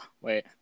wait